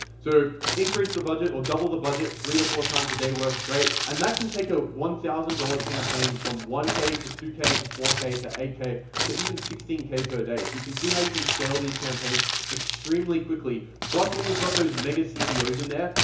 so increase the budget or double the budget three to four times a day works great and that can take a one thousand dollars campaign from one k to two k to four k to eight k to even sixteen k per day, so you can see how you can scale these campaigns extremely quickly. plus when you've got those mega cbos in there,